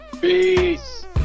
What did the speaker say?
Peace